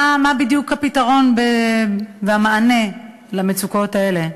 מה בדיוק הפתרון והמענה למצוקות האלה?